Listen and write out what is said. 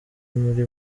muri